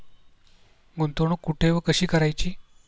गुंतवणूक कुठे व कशी करायची?